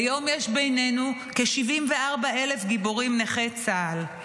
כיום יש בינינו כ-74,000 גיבורים נכי צה"ל.